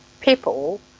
people